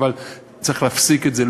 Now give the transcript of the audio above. אבל צריך להפסיק את זה.